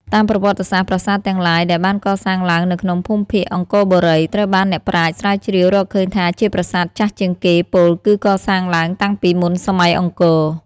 តាមប្រវត្តិសាស្ត្រ ប្រាសាទទាំងឡាយដែលបានកសាងឡើងនៅក្នុងភូមិភាគអង្គរបូរី ត្រូវបានអ្នកប្រាជ្ញស្រាវជ្រាវរកឃើញថាជាប្រាសាទចាស់ជាងគេ ពោលគឺកសាងឡើងតាំងពីមុនសម័យអង្គរ។